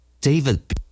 David